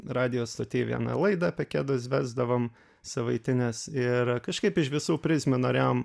radijo stoty vieną laidą apie kedus vesdavom savaitines ir kažkaip iš visų prizmių norėjom